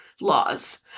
laws